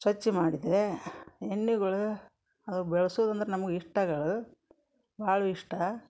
ಸ್ವಚ್ಛ ಮಾಡಿದೆ ಎಣ್ಣಿಗಳು ಅವು ಬೆಳ್ಸೋದಂದ್ರೆ ನಮ್ಗೆ ಇಷ್ಟಗಳು ಭಾಳ ಇಷ್ಟ